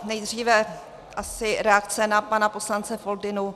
Nejdříve asi reakce na pana poslance Foldynu.